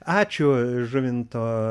ačiū žuvinto